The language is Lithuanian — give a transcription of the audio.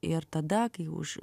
ir tada kai už